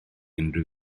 unrhyw